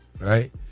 right